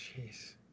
Jeez